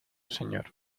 señor